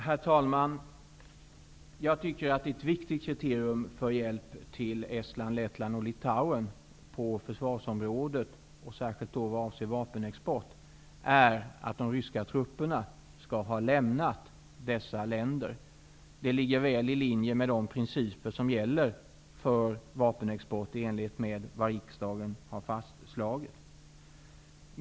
Herr talman! Jag tycker att ett viktigt kriterium för hjälp till Estland, Lettland och Litauen på försvarsområdet, särskilt vad avser vapenexport, är att de ryska trupperna skall ha lämnat dessa länder. Det ligger väl i linje med de principer som gäller för vapenexport och är i enlighet med vad riksdagen har fastslagit.